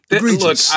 Look